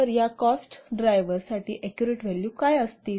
तर या cost driver साठी ऍक्युरेट व्हॅल्यू काय असतील